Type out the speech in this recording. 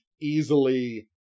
easily